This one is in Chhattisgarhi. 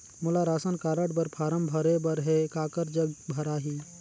मोला राशन कारड बर फारम भरे बर हे काकर जग भराही?